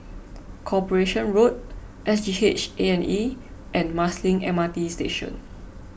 Corporation Road S G H A and E and Marsiling M R T Station